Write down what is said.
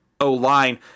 O-line